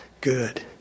good